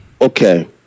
Okay